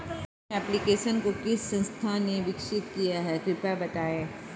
Bhim application को किस संस्था ने विकसित किया है कृपया बताइए?